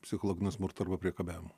psichologiniu smurtu arba priekabiavimu